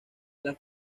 las